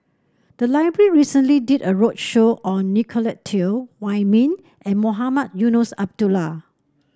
the library recently did a roadshow on Nicolette Teo Wei Min and Mohamed Eunos Abdullah